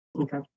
okay